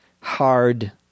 hard